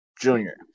Junior